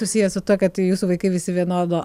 susiję su tuo kad jūsų vaikai visi vienodo